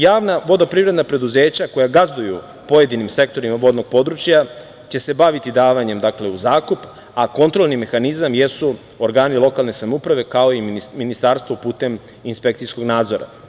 Javna vodoprivredna preduzeća koja gazduju pojedinim sektorima vodnog područja će se baviti davanjem u zakup, a kontrolni mehanizam jesu organi lokalne samouprave kao i ministarstvo putem inspekcijskog nadzora.